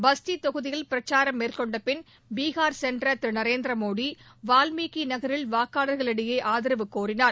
பாஸ்தி தொகுதியில் பிரச்சாரம் மேற்கொண்ட பின் பீகார் சென்ற திரு நரேந்திர மோடி வால்மீகி நகரில் வாக்காளர்களிடையே ஆதரவு கோரினார்